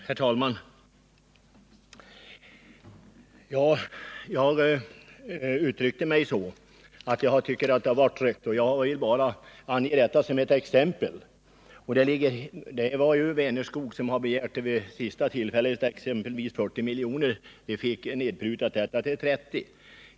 Herr talman! Ja, jag uttryckte mig så, att jag tycker det har varit trögt, men jag har ju bara angett detta som ett exempel. Det var Vänerskog som hade begärt lån. Vid det senaste tillfället begärdes exempelvis 40 miljoner, men det beloppet blev nedprutat till 30 miljoner.